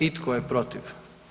I tko je protiv?